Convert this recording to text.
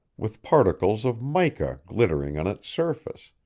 with particles of mica glittering on its surface.